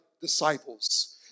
disciples